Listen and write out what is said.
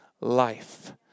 life